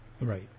Right